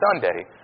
Sunday